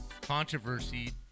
controversy